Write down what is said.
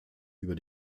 über